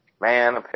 Man